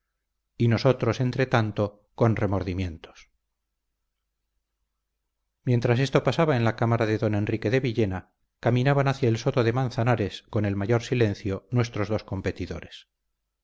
y nosotros entretanto con remordimientos mientras esto pasaba en la cámara de don enrique de villena caminaban hacia el soto de manzanares con el mayor silencio nuestros dos competidores